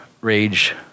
rage